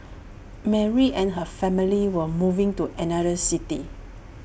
Mary and her family were moving to another city